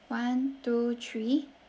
one two three